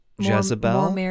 Jezebel